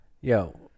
yo